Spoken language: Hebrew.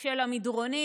של המדרונים,